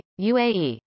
UAE